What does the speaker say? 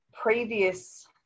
previous